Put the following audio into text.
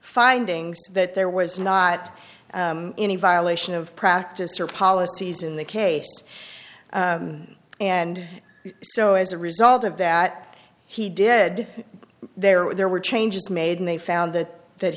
findings that there was not any violation of practice or policies in the case and so as a result of that he did there were there were changes made and they found that that